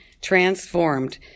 transformed